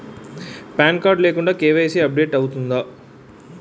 Pan card లేకుండా KYC update అవుతుందా?